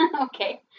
okay